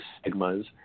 stigmas